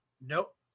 Nope